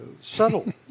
subtle